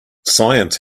science